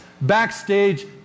backstage